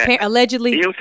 Allegedly